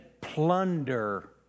plunder